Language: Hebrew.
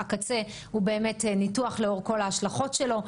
הקצה הוא באמת ניתוח לאור כל ההשלכות שלו.